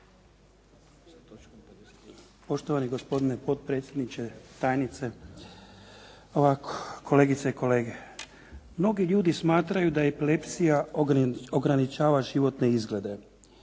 Poštovani gospodine potpredsjedniče, tajnice, kolegice i kolege. Mnogi ljudi smatraju da je epilepsija ograničava životne izglede,